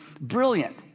brilliant